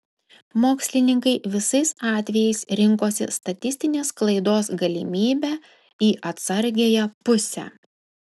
mokslininkai visais atvejais rinkosi statistinės klaidos galimybę į atsargiąją pusę